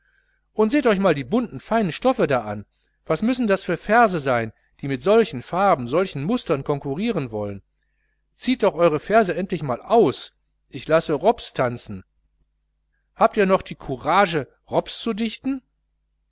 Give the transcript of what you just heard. und seht euch mal die bunten feinen stoffe da an was müssen das für verse sein die mit solchen farben solchen mustern konkurrieren wollen zieht doch eure verse endlich mal aus ich lasse rops tanzen habt ihr doch die kurasche rops zu dichten